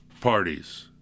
parties